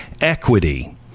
equity